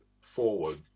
forward